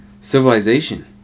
civilization